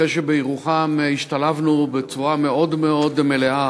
אחרי שבירוחם השתלבנו בצורה מאוד מאוד מלאה